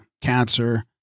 cancer